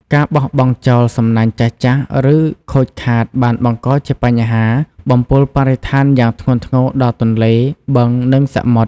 ការបោះបង់ចោលសំណាញ់ចាស់ៗ ឬខូចខាតបានបង្កជាបញ្ហាបំពុលបរិស្ថានយ៉ាងធ្ងន់ធ្ងរដល់ទន្លេ បឹង និងសមុទ្រ។